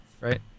right